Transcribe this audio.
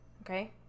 okay